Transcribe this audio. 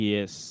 Yes